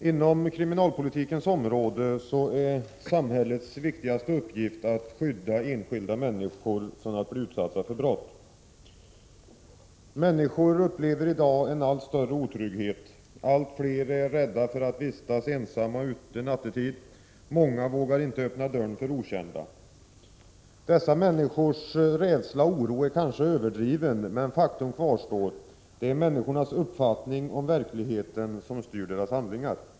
Fru talman! Inom kriminalpolitikens område är samhällets viktigaste uppgift att skydda enskilda människor från att bli utsatta för brott. Människor upplever i dag en allt större otrygghet. Allt fler är rädda för att vistas ute ensamma nattetid, många vågar inte öppna dörren för okända. Dessa människors rädsla och oro är kanske överdriven, men faktum kvarstår — det är människornas uppfattning om verkligheten som styr deras handlingar.